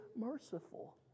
merciful